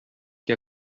que